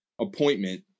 appointment